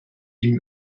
ihm